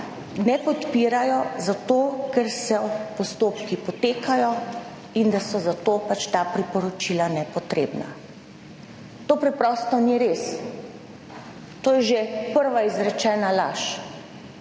ne podpirajo zato, ker postopki potekajo in da so zato pač ta priporočila nepotrebna. To preprosto ni res. To je že prva izrečena laž.